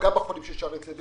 פגעה בחולים של שערי צדק,